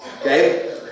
Okay